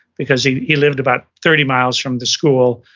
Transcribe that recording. because he he lived about thirty miles from the school,